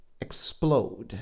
explode